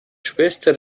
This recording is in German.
schwester